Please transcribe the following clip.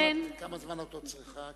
כמה זמן את עוד צריכה?